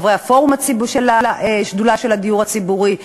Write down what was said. חברי הפורום של שדולת הדיור הציבורי,